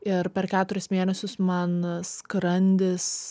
ir per keturis mėnesius man skrandis